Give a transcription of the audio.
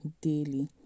daily